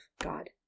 God